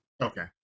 Okay